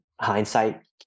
hindsight